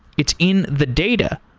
it's in the data,